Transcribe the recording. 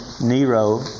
Nero